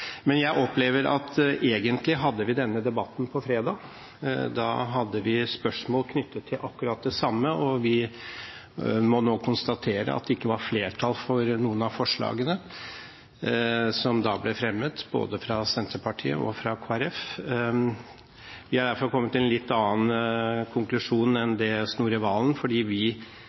men jeg har forståelse for at noen ønsker mer tid, eller kanskje riktigere: Senterpartiet ønsker at andre bør ha mer tid i denne saken. Jeg opplever at vi egentlig hadde denne debatten på fredag. Da hadde vi spørsmål knyttet til akkurat det samme, og vi må nå konstatere at det ikke var flertall for noen av forslagene som da ble fremmet, fra både Senterpartiet og Kristelig Folkeparti. Vi er derfor